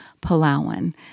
Palawan